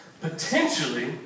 Potentially